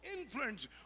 influence